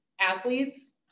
athletes